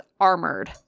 armored